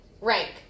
rank